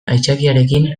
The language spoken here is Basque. aitzakiarekin